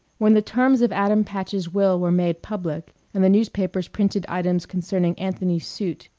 when the terms of adam patch's will were made public and the newspapers printed items concerning anthony's suit,